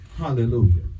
Hallelujah